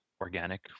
organic